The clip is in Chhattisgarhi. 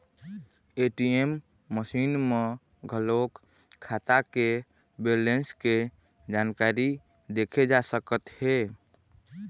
ए.टी.एम मसीन म घलोक खाता के बेलेंस के जानकारी देखे जा सकत हे